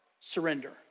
Surrender